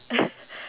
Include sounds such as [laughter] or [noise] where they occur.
[coughs]